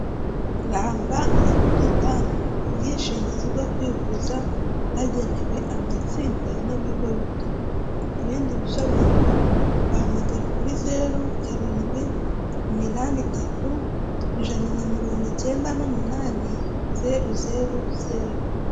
Ramba na buritamu, ubwishingizi bwo kwivuza bwagenewe amatsinda n'ibigo bito. Ibindi bisobanuro wahamagara kuri zeru, karindwi, iminani itatu, ijana na mirongo icyenda n'umunani, zeru zeru, zeru.